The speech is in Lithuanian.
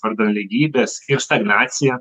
vardan lygybės ir stagnacija